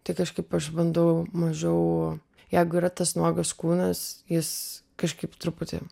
tai kažkaip aš bandau mažiau jeigu yra tas nuogas kūnas jis kažkaip truputį